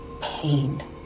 pain